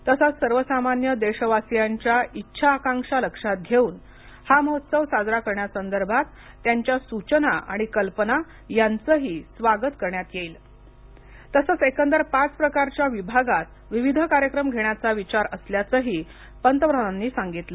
तसेच सर्वसामान्य देशवासीयांच्या इच्छा आकांक्षा लक्षात घेऊन हा महोत्सव साजरा करण्यासंदर्भात त्यांच्या सूचना आणि कल्पना याचं ही स्वागत करण्यात येईल तसेच एकंदर पाच प्रकारच्या विभागात विविध कार्यक्रम घेण्याचा विचार असल्याचेही पंतप्रधानांनी सांगितले